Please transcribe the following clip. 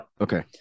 Okay